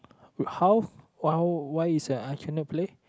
wait how how what is a